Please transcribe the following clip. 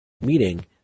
meeting